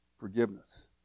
forgiveness